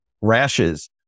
rashes